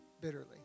bitterly